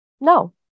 No